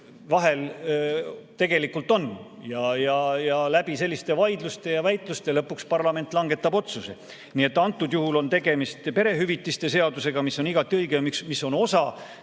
vahel tegelikult on. Ja läbi selliste vaidluste ja väitluste lõpuks parlament langetab otsuse. Nii et antud juhul on tegemist perehüvitiste seadusega, mis on igati õige ja mis on osa